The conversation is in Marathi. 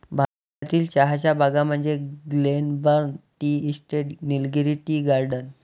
भारतातील चहाच्या बागा म्हणजे Glenburn tea estate, Nilgiri tea garden